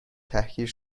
تحقیر